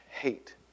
hate